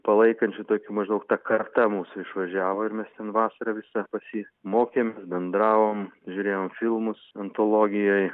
palaikančių tokių maždaug ta karta mūsų išvažiavo ir mes ten vasarą visą pas jį mokėmės bendravom žiūrėjom filmus antologijoj